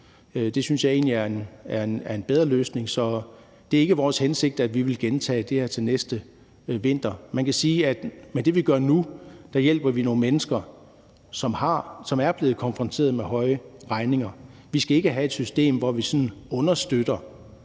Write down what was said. Det synes jeg egentlig er en bedre løsning, så det er ikke vores hensigt at gentage det her til næste vinter. Man kan sige, at med det, vi gør nu, hjælper vi nogle mennesker, som er blevet konfronteret med høje regninger. Vi skal ikke have et system, hvor vi understøtter,